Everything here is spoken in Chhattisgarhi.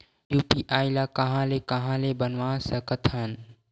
यू.पी.आई ल कहां ले कहां ले बनवा सकत हन?